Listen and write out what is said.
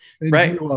Right